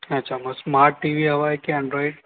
अच्छा मग smart T V हवा आहे की अँड्रॉइड